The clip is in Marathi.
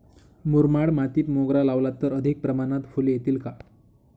मुरमाड मातीत मोगरा लावला तर अधिक प्रमाणात फूले येतील का?